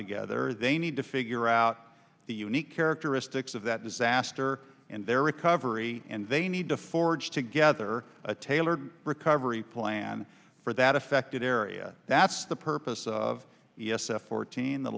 together they need to figure out the unique characteristics of that disaster and their recovery and they need to forge together a tailored recovery plan for that affected area that's the purpose of e s f fourteen the